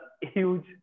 huge